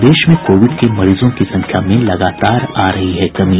प्रदेश में कोविड के मरीजों की संख्या में लगातार आ रही है कमी